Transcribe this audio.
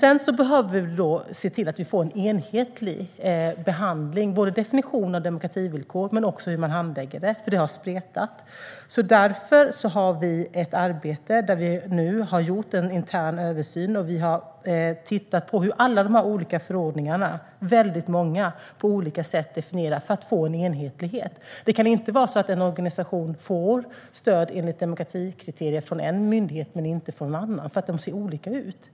Vi behöver se till att få en enhetlig behandling, både när det gäller definitionen av demokrativillkoren och när det gäller hur man handlägger det här, för det har spretat. Därför har vi ett arbete där vi nu har gjort en intern översyn, och för att få en enhetlighet har vi tittat på hur alla de här olika förordningarna - det är väldigt många - på olika sätt definierar demokratikriterierna. En organisation ska inte kunna få stöd enligt demokratikriterier från en myndighet men inte från en annan för att kriterierna ser olika ut.